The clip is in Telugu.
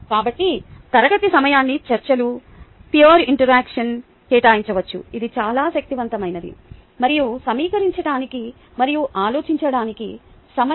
కాబట్టి తరగతి సమయాన్ని చర్చలు పియార్ ఇంటర్యాక్షన్ కేటాయించవచ్చు ఇది చాలా శక్తివంతమైనది మరియు సమీకరించటానికి మరియు ఆలోచించడానికి సమయం